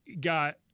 got